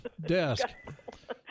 desk